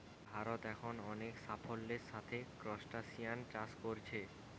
ভারত এখন অনেক সাফল্যের সাথে ক্রস্টাসিআন চাষ কোরছে